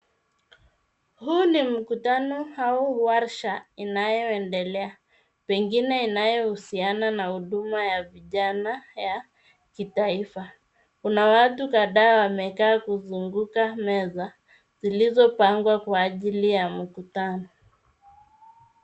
Huu ni mkutano au warsha inayoendelea pengine inayohusiana na huduma ya vijana ya kitaifa. Kuna watu kadhaa wamekaa kizunguka meza zilizopangwa kwa ajili ya mkutano.